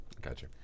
Gotcha